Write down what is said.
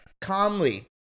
calmly